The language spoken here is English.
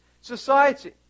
society